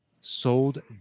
Sold